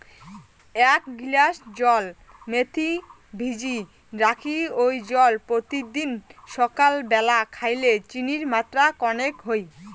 এ্যাক গিলাস জল মেথি ভিজি রাখি ওই জল পত্যিদিন সাকাল ব্যালা খাইলে চিনির মাত্রা কণেক হই